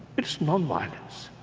it's nonviolence